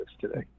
today